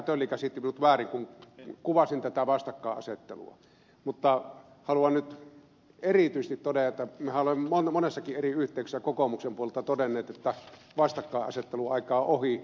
tölli käsitti minut väärin kun kuvasin tätä vastakkainasettelua mutta haluan nyt erityisesti todeta ja mehän olemme monessakin eri yhteydessä kokoomuksen puolelta todenneet että vastakkainasettelun aika on ohi